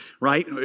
right